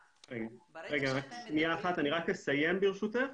שנייה אחת, אני רק אסיים, ברשותך.